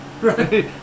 right